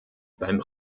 beim